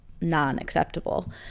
non-acceptable